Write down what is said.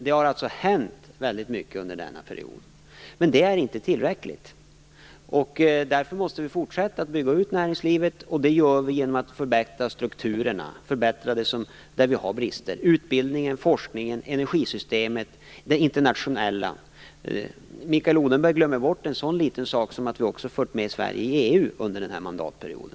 Det har alltså hänt väldigt mycket under denna period. Men det är inte tillräckligt, och därför måste vi fortsätta att bygga ut näringslivet, och det gör vi genom att förbättra strukturerna där vi har brister: utbildningen, forskningen, energisystemet, det internationella området. Mikael Odenberg glömmer bort en sådan liten sak som att vi också fört in Sverige i EU under den här mandatperioden.